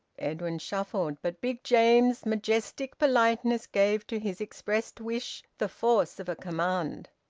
edwin shuffled. but big james's majestic politeness gave to his expressed wish the force of a command.